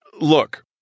Look